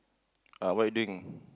ah what you doing